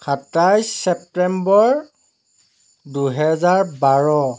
সাতাইছ ছেপ্টেম্বৰ দুহেজাৰ বাৰ